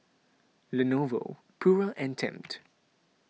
Lenovo Pura and Tempt